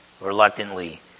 reluctantly